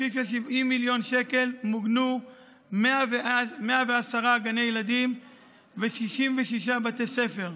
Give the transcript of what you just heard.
בתקציב של 70 מיליון שקל מוגנו 110 גני ילדים ו-66 בתי ספר,